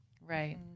Right